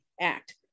Act